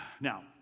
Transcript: Now